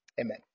Amen